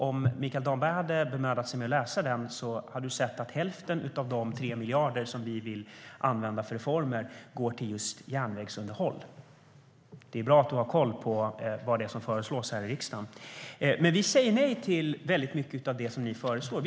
Om Mikael Damberg hade bemödat sig om att läsa det hade han sett att hälften av de 3 miljarder som vi vill använda för reformer går till just järnvägsunderhåll. Det är bra att han har koll på vad det är som föreslås här i riksdagen. Men vi säger nej till väldigt mycket av det som ni föreslår.